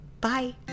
Bye